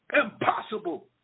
Impossible